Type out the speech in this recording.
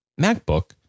MacBook